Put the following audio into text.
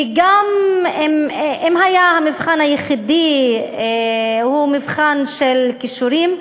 כי אם המבחן היחיד היה מבחן של כישורים,